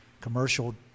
commercial